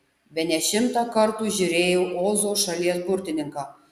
bene šimtą kartų žiūrėjau ozo šalies burtininką